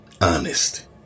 honest